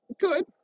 good